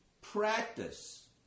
practice